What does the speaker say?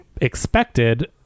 expected